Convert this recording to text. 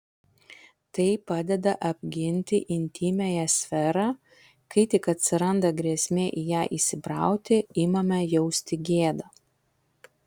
tai padeda apginti intymiąją sferą kai tik atsiranda grėsmė į ją įsibrauti imame jausti gėdą